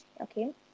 okay